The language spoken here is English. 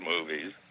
movies